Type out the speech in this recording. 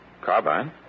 Carbine